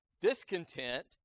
discontent